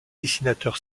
dessinateur